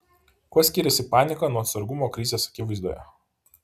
kuo skiriasi panika nuo atsargumo krizės akivaizdoje